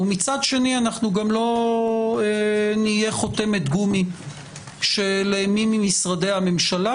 ומצד שני גם לא נהיה חותמת גומי של מי ממשרדי הממשלה,